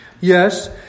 Yes